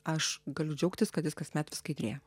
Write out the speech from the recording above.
aš galiu džiaugtis kad jis kasmet vis skaidrėja